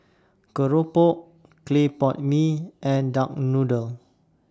Keropok Clay Pot Mee and Duck Noodle